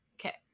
Okay